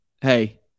Hey